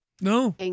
No